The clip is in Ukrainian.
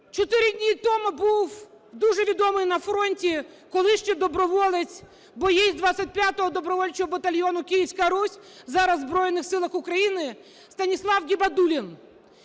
Чотири дні тому був дуже відомий на фронті колишній доброволець, боєць 25-го добровольчого батальйону "Київська Русь", зараз в Збройних Силах України Станіслав Гібадулін.